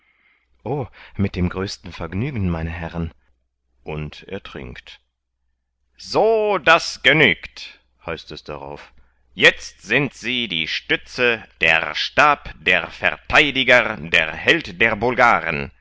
mit dem größten vergnügen meine herren und er trinkt so das genügt heißt es darauf jetzt sind sie die stütze der stab der vertheidiger der held der bulgaren